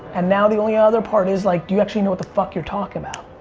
and now, the only other part is like do you actually know what the fuck you're talking about?